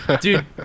dude